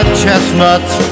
chestnuts